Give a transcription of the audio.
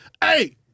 Hey